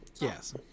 Yes